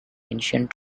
ancient